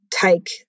take